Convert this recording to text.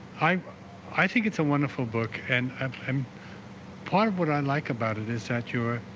i i think it's a wonderful book and i'm part of what i like about it is that you ah